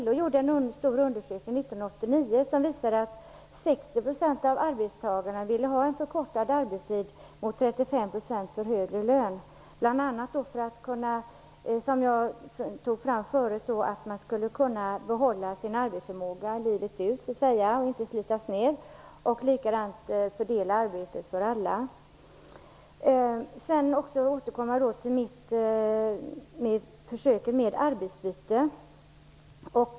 LO gjorde 1989 en stor undersökning som visade att 60 % av arbetstagarna ville ha en förkortning av arbetstiden - 35 % var för högre lön - bl.a. för att de, som jag tidigare berört, inte skulle slitas ned utan skulle kunna behålla sin arbetsförmåga livet ut och för att fördela arbetena mellan arbetstagarna. Jag återkommer också till försöken med arbetsbyte.